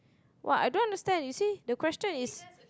what I don't understand you see the question is